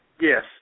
Yes